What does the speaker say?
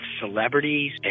celebrities